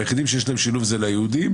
היחידים שיש להם שילוב זה ליהודים.